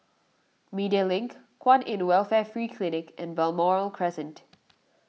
Media Link Kwan in Welfare Free Clinic and Balmoral Crescent